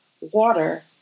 water